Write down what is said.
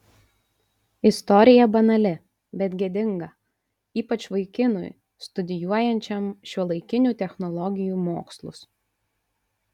istorija banali bet gėdinga ypač vaikinui studijuojančiam šiuolaikinių technologijų mokslus